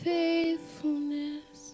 faithfulness